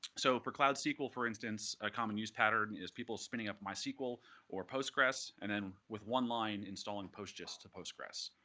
so for cloud sql for instance, a common use pattern is people spinning up mysql or postgres, and then with one line, installing postgis to postgres.